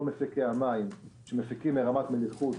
כל מפיקי המים שמפיקים מרמת מליחות